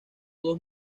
dos